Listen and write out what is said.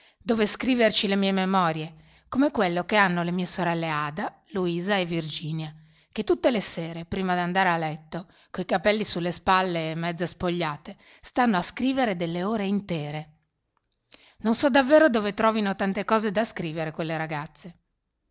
dove scriverci le mie memorie come quello che hanno le mie sorelle ada luisa e virginia che tutte le sere prima d'andare a letto coi capelli sulle spalle e mezze spogliate stanno a scrivere delle ore intere non so davvero dove trovino tante cose da scrivere quelle ragazze